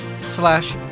slash